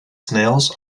snails